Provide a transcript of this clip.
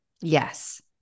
Yes